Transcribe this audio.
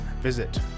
Visit